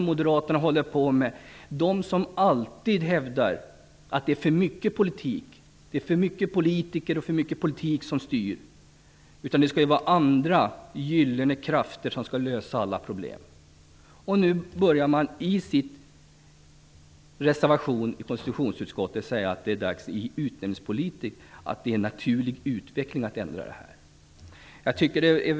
Moderaterna hävdar ju alltid att det är för mycket som styrs av politikerna - det är ju andra, gyllene krafter som skall lösa alla problem. Men i reservationen i konstitutionsutskottets betänkande säger man att det är en naturlig utveckling i utnämningspolitiken att ändra den nuvarande ordningen.